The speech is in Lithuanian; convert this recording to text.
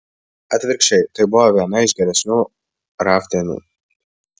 atvirkščiai tai buvo viena iš geresnių raf dienų